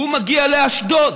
הוא מגיע לאשדוד.